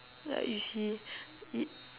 like you see it